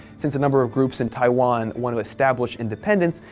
since a number of groups in taiwan want to establish independence,